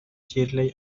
shirley